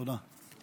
תודה.